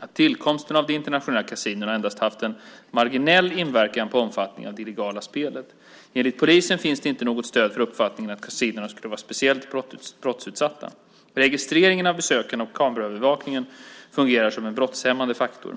att tillkomsten av de internationella kasinona endast haft en marginell inverkan på omfattningen av det illegala spelet. Enligt polisen finns det inte något stöd för uppfattningen att kasinona skulle vara speciellt brottsutsatta. Registreringen av besökarna och kameraövervakningen fungerar som en brottshämmande faktor.